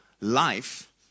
life